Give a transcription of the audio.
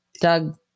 Doug